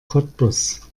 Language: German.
cottbus